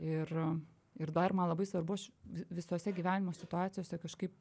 ir ir dar man labai svarbu aš vi visose gyvenimo situacijose kažkaip